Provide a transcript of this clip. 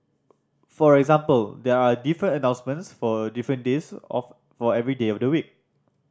for example there are different announcements for different days of for every day of the week